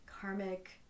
karmic